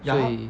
所以